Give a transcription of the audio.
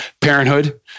parenthood